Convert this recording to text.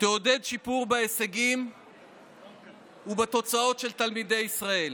תעודד שיפור בהישגים ובתוצאות של תלמידי ישראל